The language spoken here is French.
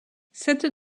cette